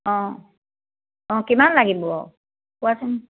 অঁ অঁ কিমান লাগিব কোৱাচোন